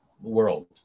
world